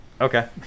Okay